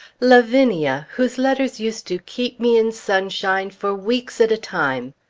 lavinia, whose letters used to keep me in sunshine for weeks at a time!